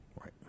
Right